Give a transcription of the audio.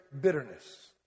bitterness